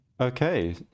Okay